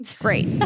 great